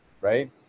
right